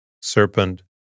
serpent